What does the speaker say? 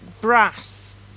brass